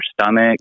stomach